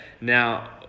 Now